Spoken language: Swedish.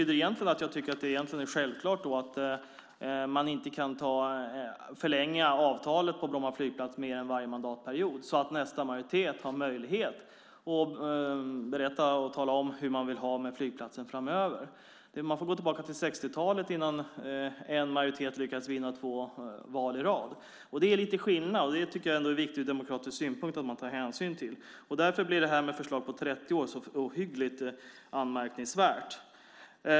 Egentligen tycker jag att det är självklart att man inte kan förlänga avtalet för Bromma flygplats längre än varje mandatperiod så att nästa majoritet har möjlighet att tala om hur man vill ha det med flygplatsen framöver. Man får gå tillbaka till 60-talet för att se att en majoritet lyckats vinna två val i rad. Det är lite skillnad. Jag tycker att det är en viktig demokratisk synpunkt att ta hänsyn till. Därför blir detta med ett förslag på 30 år så ohyggligt anmärkningsvärt.